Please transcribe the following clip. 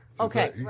Okay